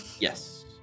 Yes